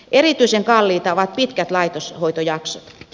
erityisen kalliita ovat pitkät laitoshoitojaksot